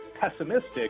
pessimistic